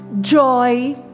joy